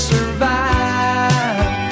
Survive